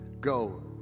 go